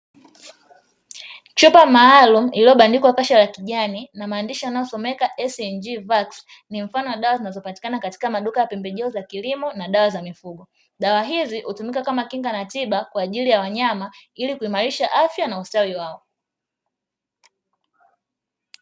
Chupa maalumu iliyobandikwa kasha ya kijani na maandishi yanayosomeka "ESIENIJI VAKSI" ni mfano wa dawa zinazopatikana katika maduka ya pembe jeo za kilimo na dawa za mifugo, dawa hizi hutumika kama kinga na tiba kwa ajili wa wanyama ili kuimarisha afya na ustawi wao.